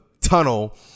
tunnel